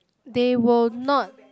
they will not